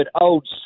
old